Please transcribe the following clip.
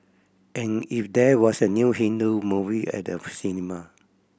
and if there was a new Hindu movie at the cinema